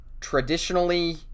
traditionally